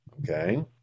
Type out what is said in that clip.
okay